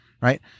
right